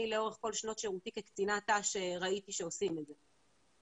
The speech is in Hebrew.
לאורך כל שנות שירותי כקצינת תנאי שירות ראיתי שעושים את זה,